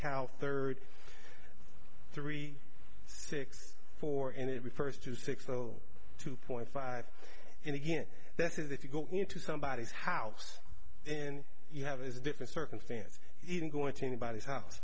cow third three six four in it refers to six will two point five and again that is if you go into somebody's house and you have is a different circumstance even going to anybody's house